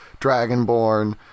dragonborn